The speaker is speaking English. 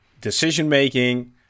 decision-making